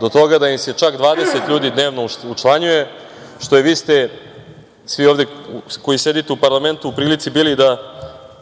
do toga da im se čak 20 ljudi dnevno učlanjuje, što i vi ste svi ovde koji sedite u parlamentu u prilici bili da